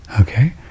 okay